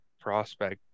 prospect